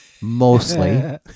mostly